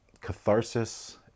catharsis